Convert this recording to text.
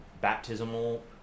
baptismal